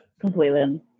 Completely